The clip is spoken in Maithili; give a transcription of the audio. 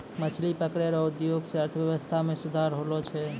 मछली पकड़ै रो उद्योग से अर्थव्यबस्था मे सुधार होलो छै